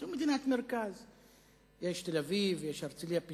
יש תל-אביב, יש הרצלייה- פיתוח,